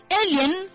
alien